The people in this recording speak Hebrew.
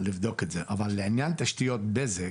לעניין תשתיות בזק,